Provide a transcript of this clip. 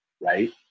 right